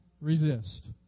resist